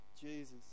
Jesus